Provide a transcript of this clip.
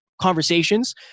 conversations